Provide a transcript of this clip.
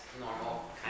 normal